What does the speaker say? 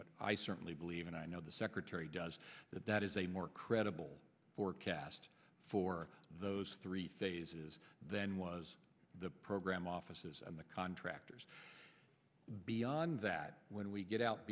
what i certainly believe and i know the secretary does that that is a more credible forecast for those three phases than was the program offices and the contractors beyond that when we get out